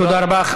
תודה רבה.